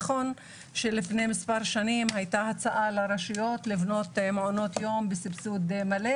נכון שלפני מספר שנים הייתה הצעה לרשויות לבנות מעונות יום בסבסוד מלא,